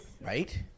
Right